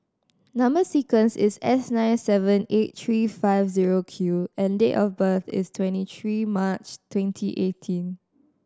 number sequence is S nine seven eight three five zero Q and date of birth is twenty three March twenty eighteen